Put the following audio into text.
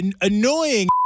annoying